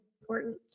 important